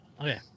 okay